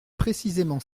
précisément